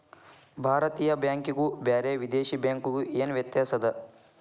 ಭಾರತೇಯ ಬ್ಯಾಂಕಿಗು ಬ್ಯಾರೆ ವಿದೇಶಿ ಬ್ಯಾಂಕಿಗು ಏನ ವ್ಯತ್ಯಾಸದ?